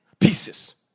pieces